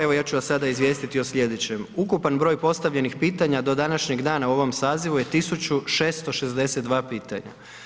Evo, ja ću vas sada izvijestiti o slijedećem, ukupan broj postavljenih pitanja do današnjeg dana u ovom sazivu je 1662 pitanja.